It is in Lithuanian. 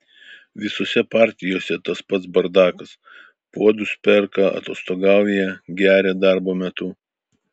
visose partijose tas pats bardakas puodus perka atostogauja geria darbo metu